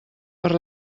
per